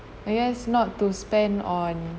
I guess not to spend on